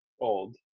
old